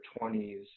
20s